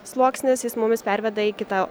sluoksnis jis mumis perveda į kitą